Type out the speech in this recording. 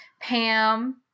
Pam